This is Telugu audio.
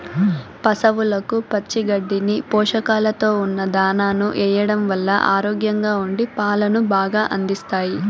పసవులకు పచ్చి గడ్డిని, పోషకాలతో ఉన్న దానాను ఎయ్యడం వల్ల ఆరోగ్యంగా ఉండి పాలను బాగా అందిస్తాయి